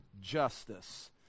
justice